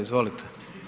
Izvolite.